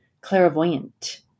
Clairvoyant